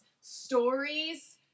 stories